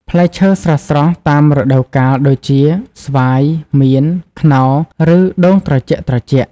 ផ្លែឈើស្រស់ៗតាមរដូវកាលដូចជា ស្វាយ មៀន ខ្នុរ ឬដូងត្រជាក់ៗ ។